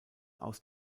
aus